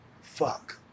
fuck